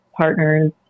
partners